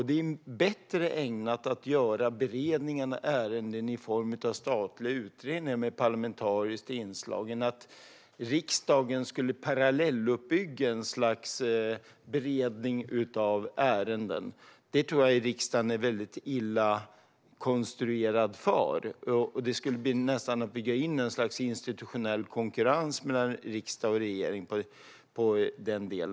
Det är bättre att göra beredningar av ärenden i form av statliga utredningar med parlamentariskt inslag än att riksdagen ska parallelluppbygga ett slags beredning av ärenden. Det tror jag att riksdagen är illa konstruerad för. Det skulle nästan innebära att man bygger in ett slags institutionell konkurrens mellan riksdag och regering i denna del.